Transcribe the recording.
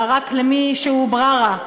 אלא רק למי שהוא בְּרָרָה,